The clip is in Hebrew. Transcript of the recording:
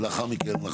ולאחר מכן,